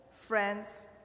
friends